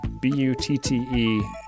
B-U-T-T-E